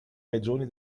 regioni